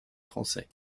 français